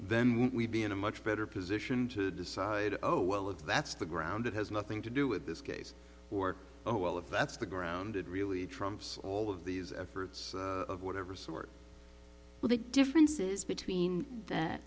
then we'd be in a much better position to decide oh well if that's the ground it has nothing to do with this case or oh well if that's the ground it really trumps all of these efforts of whatever sort but the differences between th